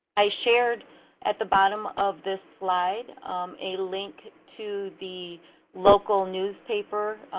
i shared at the bottom of this slide a link to the local newspaper,